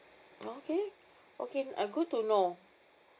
okay okay uh good to know